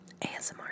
ASMR